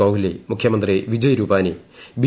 കോഹ്ലി മുഖ്യമന്ത്രി വിജയ് രുപാനി ബി